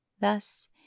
Thus